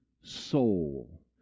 soul